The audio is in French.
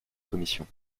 commission